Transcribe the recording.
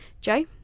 joe